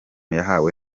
yahawe